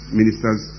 ministers